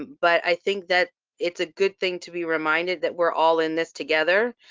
but i think that it's a good thing to be reminded that we're all in this together,